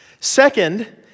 Second